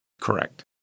Correct